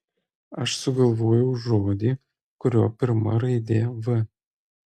aš sugalvojau žodį kurio pirma raidė v